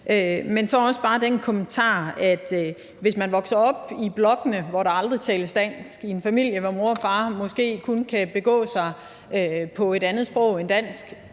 Bare også en kommentar: Lad os sige, at man vokser op i blokkene, hvor der aldrig tales dansk, og i en familie, hvor mor og far måske kun kan begå sig på et andet sprog end dansk